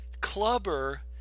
Clubber